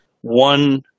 one